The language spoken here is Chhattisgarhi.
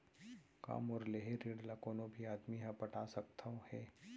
का मोर लेहे ऋण ला कोनो भी आदमी ह पटा सकथव हे?